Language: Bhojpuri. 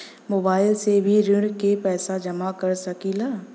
मोबाइल से भी ऋण के पैसा जमा कर सकी ला?